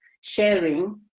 sharing